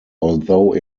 although